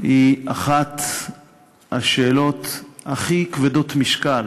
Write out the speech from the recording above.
היא אחת השאלות הכי כבדות משקל